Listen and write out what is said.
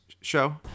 show